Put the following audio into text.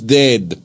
dead